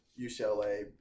UCLA